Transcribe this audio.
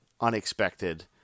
unexpected